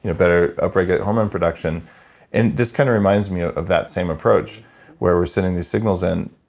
you know better up regulate hormone production and this kind of reminds me ah of that same approach where we're sending these signals in.